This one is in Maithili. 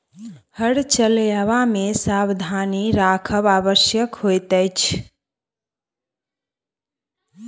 हर चलयबा मे सावधानी राखब आवश्यक होइत अछि